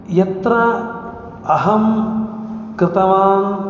यत्र अहं कृतवान्